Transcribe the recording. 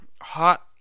hot